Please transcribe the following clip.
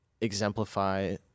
exemplify